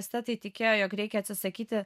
estetai tikėjo jog reikia atsisakyti